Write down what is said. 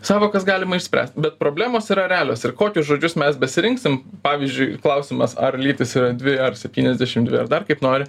sąvokas galima išspręst bet problemos yra realios ir kokius žodžius mes besirinksim pavyzdžiui klausimas ar lytys yra dvi ar septyniasdešim dvi ar dar kaip nori